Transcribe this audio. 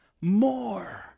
more